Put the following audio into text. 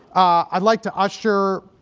i'd like to usher